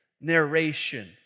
narration